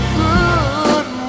good